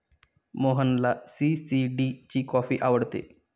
मोहनला सी.सी.डी ची कॉफी आवडते